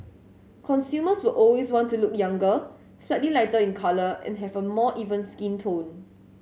consumers will always want to look younger slightly lighter in colour and have a more even skin tone